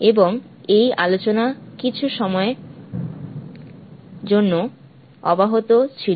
এবং এই আলোচনা কিছু সময়ের জন্য অব্যাহত ছিল